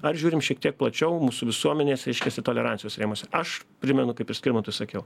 ar žiūrim šiek tiek plačiau mūsų visuomenės reiškiasi tolerancijos rėmuose aš primenu kaip ir skirmantui sakiau